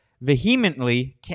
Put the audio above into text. vehemently